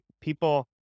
people